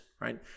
right